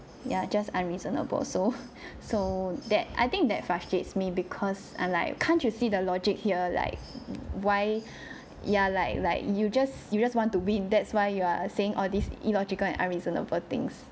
ya just unreasonable so so that I think that frustrates me because ah like can't you see the logic here like why yeah like like you just you just want to win that's why you are saying all these illogical and unreasonable things